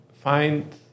find